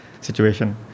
situation